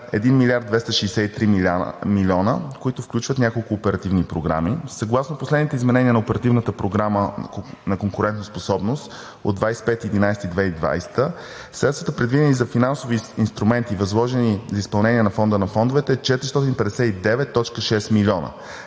1 милиард 263 милиона, които включват няколко оперативни програми, съгласно последните изменения на Оперативната програма „Конкурентоспособност“ от 25 ноември 2020 г. Средствата, предвидени за финансови инструменти, възложени за изпълнение на Фонда на фондовете, са 459,6 милиона